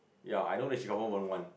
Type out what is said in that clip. ya I know she confirm won't one